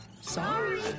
Sorry